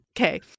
Okay